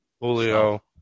Julio